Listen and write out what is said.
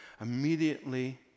Immediately